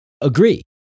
agree